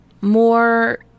more